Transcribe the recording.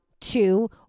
two